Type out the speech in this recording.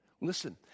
Listen